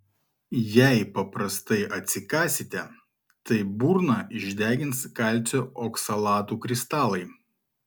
jei paprastai atsikąsite tai burną išdegins kalcio oksalatų kristalai